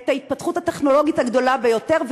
את ההתפתחות הטכנולוגית הגדולה ביותר,